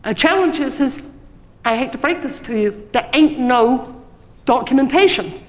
ah challenge is is i hate to break this to you there ain't no documentation,